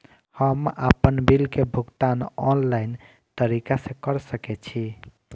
हम आपन बिल के भुगतान ऑनलाइन तरीका से कर सके छी?